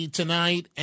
tonight